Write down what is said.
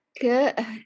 Good